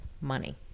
money